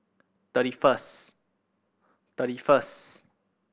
thirty first thirty first